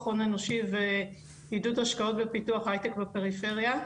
הון אנושי ועידוד השקעות בפיתוח הייטק בפריפריה.